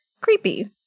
creepy